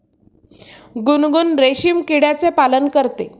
गुनगुन रेशीम किड्याचे पालन करते